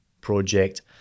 project